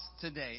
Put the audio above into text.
today